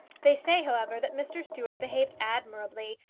they say, however, that mr. stuart behaved admirably,